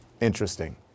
Interesting